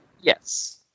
yes